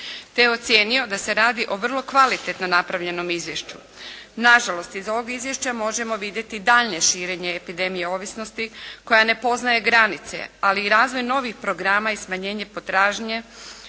te je ocijenio da se radi o vrlo kvalitetno napravljenom izvješću. Nažalost iz ovog izvješća možemo vidjeti daljnje širenje epidemije ovisnosti koja ne poznaje granice ali i razvoj novih programa i smanjenje potražnje,